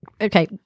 Okay